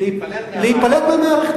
להיפלט מהמערכת.